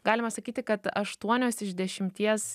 galima sakyti kad aštuonios iš dešimties